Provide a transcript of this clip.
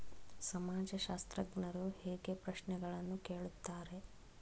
ಸಮಾಜಶಾಸ್ತ್ರಜ್ಞರು ಹೇಗೆ ಪ್ರಶ್ನೆಗಳನ್ನು ಕೇಳುತ್ತಾರೆ?